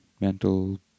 mental